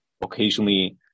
occasionally